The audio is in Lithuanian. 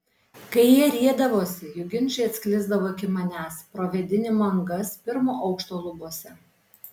kai jie riedavosi jų ginčai atsklisdavo iki manęs pro vėdinimo angas pirmo aukšto lubose